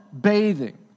bathing